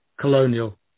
colonial